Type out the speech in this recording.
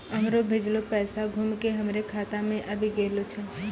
हमरो भेजलो पैसा घुमि के हमरे खाता मे आबि गेलो छै